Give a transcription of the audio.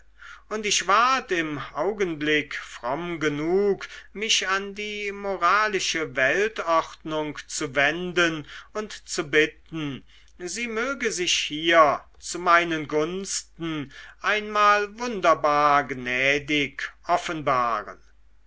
und ich ward im augenblick fromm genug mich an die moralische weltordnung zu wenden und zu bitten sie möge sich hier zu meinen gunsten einmal wunderbar gnädig offenbaren